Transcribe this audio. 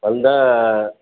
வந்தால்